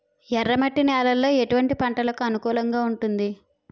ఎర్ర మట్టి నేలలో ఎటువంటి పంటలకు అనువుగా ఉంటుంది?